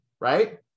right